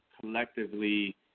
collectively